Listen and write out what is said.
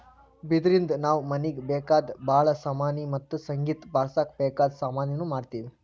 ಬಿದಿರಿನ್ದ ನಾವ್ ಮನೀಗ್ ಬೇಕಾದ್ ಭಾಳ್ ಸಾಮಾನಿ ಮತ್ತ್ ಸಂಗೀತ್ ಬಾರ್ಸಕ್ ಬೇಕಾದ್ ಸಾಮಾನಿನೂ ಮಾಡ್ತೀವಿ